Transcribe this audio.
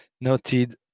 noted